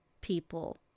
people